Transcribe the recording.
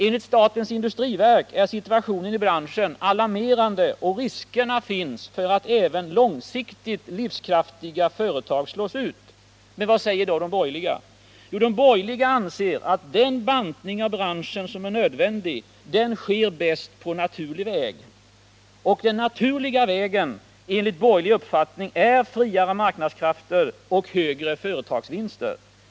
Enligt statens industriverk är situationen i branschen alarmerande och risker finns för att även långsiktigt livskraftiga företag slås ut. De borgerliga anser att den bantning av branschen som är nödvändig sker bäst på naturlig väg. Och den naturliga vägen är enligt borgerlig uppfattning friare marknadskrafter och högre företagsvinster.